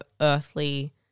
earthly